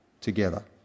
together